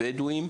בדואים,